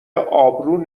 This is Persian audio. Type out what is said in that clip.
ابرو